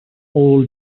all